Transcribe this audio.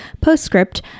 Postscript